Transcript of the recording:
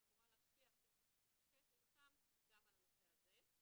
שאמורה להשפיע כשתיושם גם על הנושא הזה.